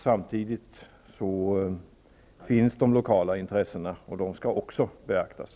Samtidigt finns de lokala intressena, som också skall beaktas.